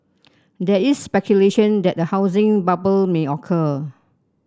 there is speculation that a housing bubble may occur